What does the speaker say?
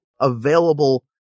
available